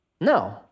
No